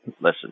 listen